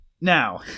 Now